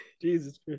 Jesus